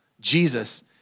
Jesus